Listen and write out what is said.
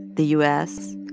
the u s.